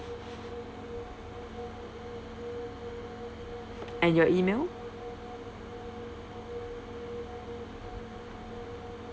and your email